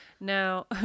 now